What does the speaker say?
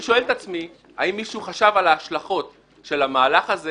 אני שואל את עצמי: האם מישהו חשב על ההשלכות של המהלך הזה